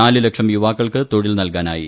നാല് ലക്ഷം യുവാക്കൾക്ക് തൊഴിൽ നൽകാനായി